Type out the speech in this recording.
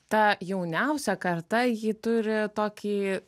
ta jauniausia karta ji turi tokį